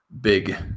big